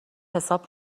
حساب